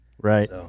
right